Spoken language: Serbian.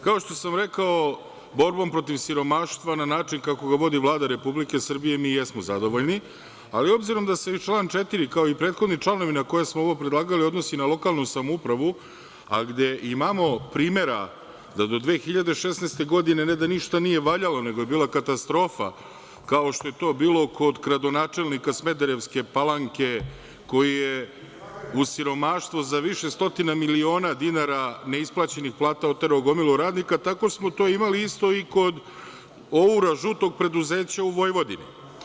Kao što sam rekao borbom protiv siromaštva na način kako ga vodi Vlada Republike Srbije mi jesmo zadovoljni, ali obzirom da se i član 4. kao i prethodni članovi na koje smo ovo predlagali, odnosi na lokalnu samoupravu, a gde imamo primera da do 2016. godine, ne da ništa nije valjalo, nego je bila katastrofa, kao što je to bilo kod gradonačelnika Smederevske Palanke koji je u siromaštvo za više stotina miliona dinara neisplaćenih plata oterao gomilu radnika, tako smo to imali isto i kod žutog preduzeća u Vojvodini.